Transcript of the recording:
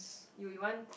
you you want